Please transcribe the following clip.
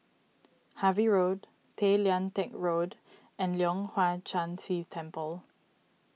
Harvey Road Tay Lian Teck Road and Leong Hwa Chan Si Temple